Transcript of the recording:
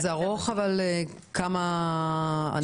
כמה ארוך?